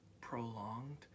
prolonged